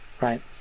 right